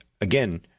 again